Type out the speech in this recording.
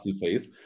face